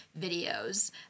videos